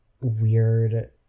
weird